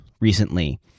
recently